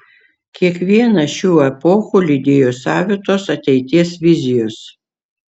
kiekvieną šių epochų lydėjo savitos ateities vizijos